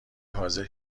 حاضر